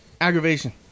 Aggravation